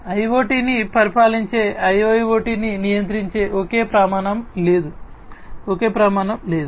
IoT ని పరిపాలించే IIoT ని నియంత్రించే ఒకే ప్రమాణం లేదు ఒకే ప్రమాణం లేదు